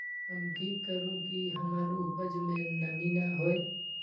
हम की करू की हमर उपज में नमी न होए?